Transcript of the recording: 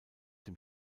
dem